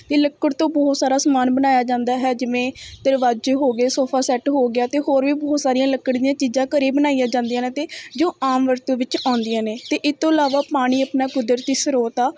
ਅਤੇ ਲੱਕੜ ਤੋਂ ਬਹੁਤ ਸਾਰਾ ਸਮਾਨ ਬਣਾਇਆ ਜਾਂਦਾ ਹੈ ਜਿਵੇਂ ਦਰਵਾਜ਼ੇ ਹੋ ਗਏ ਸੋਫਾ ਸੈੱਟ ਹੋ ਗਿਆ ਅਤੇ ਹੋਰ ਵੀ ਬਹੁਤ ਸਾਰੀਆਂ ਲੱਕੜ ਦੀਆਂ ਚੀਜ਼ਾਂ ਘਰੇ ਬਣਾਈਆਂ ਜਾਂਦੀਆਂ ਨੇ ਅਤੇ ਜੋ ਆਮ ਵਰਤੋਂ ਵਿੱਚ ਆਉਂਦੀਆਂ ਨੇ ਅਤੇ ਇਹ ਤੋਂ ਇਲਾਵਾ ਪਾਣੀ ਆਪਣਾ ਕੁਦਰਤੀ ਸਰੋਤ ਆ